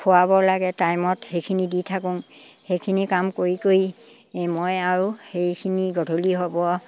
খোৱাব লাগে টাইমত সেইখিনি দি থাকোঁ সেইখিনি কাম কৰি কৰি মই আৰু সেইখিনি গধূলি হ'ব